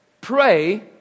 pray